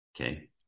Okay